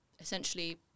essentially